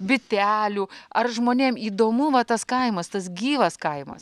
bitelių ar žmonėm įdomu va tas kaimas tas gyvas kaimas